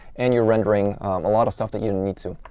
and you're rendering a lot of stuff that you didn't need to.